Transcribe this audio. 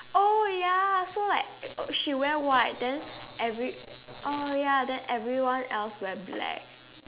oh ya so like she wear white then every uh ya then everyone else wear black